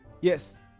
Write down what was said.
Yes